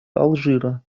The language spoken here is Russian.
алжира